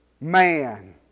man